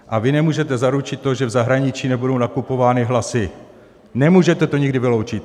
A vy nemůžete zaručit to, že v zahraničí nebudou nakupovány hlasy, nemůžete to nikdy vyloučit.